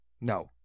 no